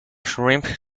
shrimp